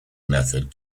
method